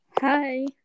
Hi